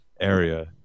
area